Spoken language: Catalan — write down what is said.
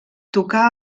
tocà